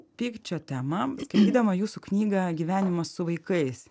pykčio tema skaitydama jūsų knygą gyvenimas su vaikais